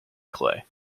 clay